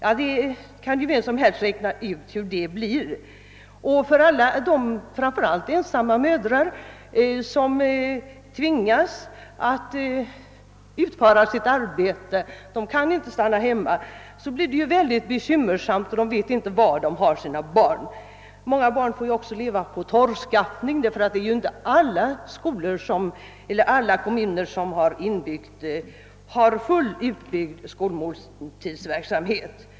Vem som helst kan väl räkna ut hur det blir. För alla de mödrar, framför allt de ensamstående, som tvingas utföra sitt arbete blir det bekymmersamt att inte veta var de har sina barn. Många barn måste också leva på torrskaffning därför att alla kommuner inte har fullt utbyggd skolmåltidsverksamhet.